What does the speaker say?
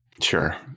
Sure